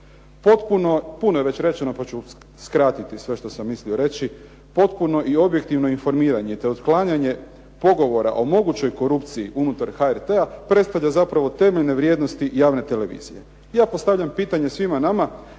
Potpuno i objektivno informiranje, te otklanjanje pogovora o mogućoj korupciji unutar HRT-a predstavlja zapravo temeljne vrijednosti javne televizije.